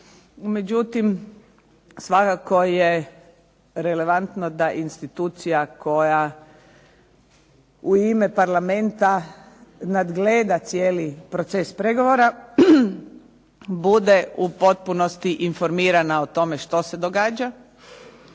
Međutim, svakako je relevantno da institucija koja u ime Parlamenta nadgleda cijeli proces pregovora bude u potpunosti informirana o tome što se događa